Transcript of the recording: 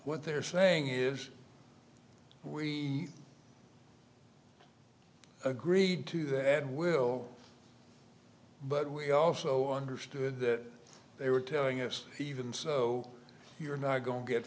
what they're saying is we agreed to that will but we also understood that they were telling us even so you're not going to get